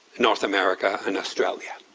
north america, and australia.